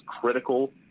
critical